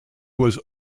was